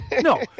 no